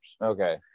Okay